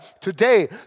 today